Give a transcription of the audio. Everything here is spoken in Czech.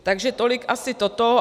Takže tolik asi toto.